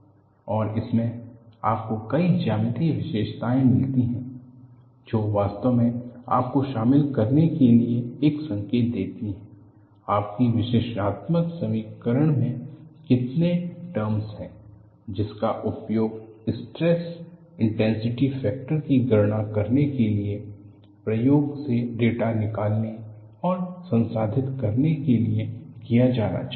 और इसमें आपको कई ज्यामितीय विशेषताएं मिलती हैं जो वास्तव में आपको शामिल करने के लिए एक संकेत देती हैं आपकी विश्लेषणात्मक समीकरण में कितने टर्मस हैं जिनका उपयोग स्ट्रेस इंटेंसिटी फैक्टर की गणना करने के लिए प्रयोग से डेटा निकालने और संसाधित करने के लिए किया जाना चाहिए